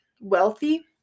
wealthy